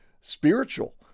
spiritual